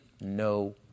no